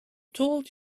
told